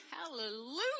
Hallelujah